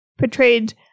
portrayed